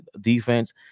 defense